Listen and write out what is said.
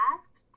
asked